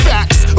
Facts